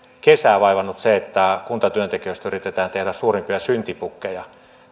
kesää vaivannut se että kuntatyöntekijöistä yritetään tehdä suurimpia syntipukkeja